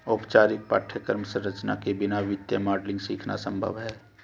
औपचारिक पाठ्यक्रम संरचना के बिना वित्तीय मॉडलिंग सीखना संभव हैं